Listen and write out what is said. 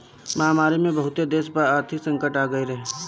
महामारी में बहुते देस पअ आर्थिक संकट आगई रहे